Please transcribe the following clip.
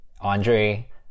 Andre